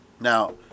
now